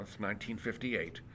1958